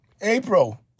April